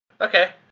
Okay